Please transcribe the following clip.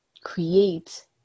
Create